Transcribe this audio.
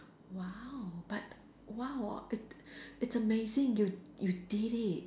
!wow! but !wow! it it's amazing you you did it